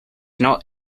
not